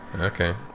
Okay